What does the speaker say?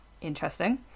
interesting